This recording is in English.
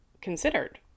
considered